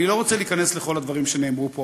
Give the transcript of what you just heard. אני לא רוצה להיכנס לכל הדברים שנאמרו פה,